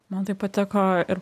man tai patiko ir